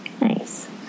nice